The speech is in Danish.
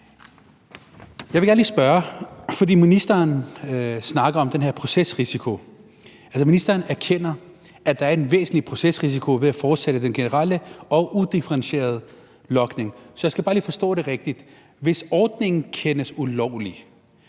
Jeg vil gerne lige spørge om noget. Ministeren snakker om den her procesrisiko, og ministeren erkender, at der er en væsentlig procesrisiko ved at fortsætte den generelle og udifferentierede logning, og så skal jeg bare lige forstå det rigtigt: Hvis ordningen kendes ulovlig,